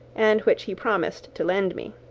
and which he promised to lend me.